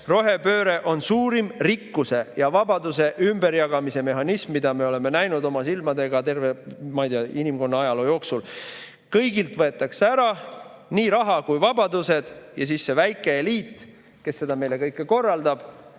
Rohepööre on suurim rikkuse ja vabaduse ümberjagamise mehhanism, mida me oleme näinud oma silmadega terve, ma ei tea, inimkonna ajaloo jooksul. Kõigilt võetakse ära nii raha kui ka vabadused ja siis see väike eliit, kes seda meile kõike korraldab